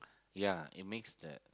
ya it makes the